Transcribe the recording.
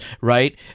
right